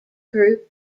group